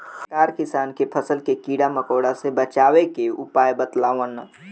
सरकार किसान के फसल के कीड़ा मकोड़ा से बचावे के उपाय बतावलन